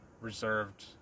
Reserved